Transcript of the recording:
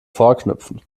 vorknöpfen